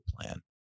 plan